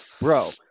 bro